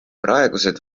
praegused